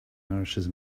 nourishes